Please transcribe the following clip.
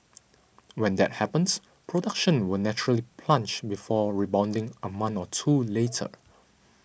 when that happens production will naturally plunge before rebounding a month or two later